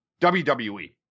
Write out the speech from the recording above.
WWE